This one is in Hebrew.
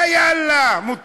זה, יאללה, מותר,